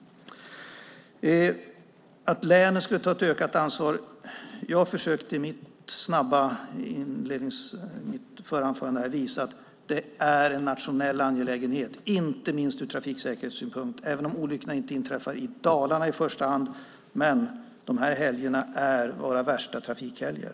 När det gäller att länet skulle ta ett ökat ansvar försökte jag i mitt förra anförande visa att det är en nationell angelägenhet, inte minst ur trafiksäkerhetssynpunkt, även om olyckorna inte inträffar i Dalarna i första hand. Men dessa helger är våra värsta trafikhelger.